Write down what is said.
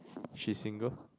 she's single